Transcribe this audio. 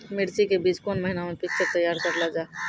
मिर्ची के बीज कौन महीना मे पिक्चर तैयार करऽ लो जा?